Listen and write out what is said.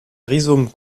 rhizome